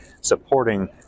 supporting